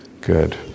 Good